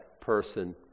person